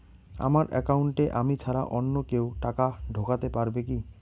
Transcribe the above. আমার একাউন্টে আমি ছাড়া অন্য কেউ টাকা ঢোকাতে পারবে কি?